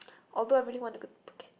although I really want to go to Phuket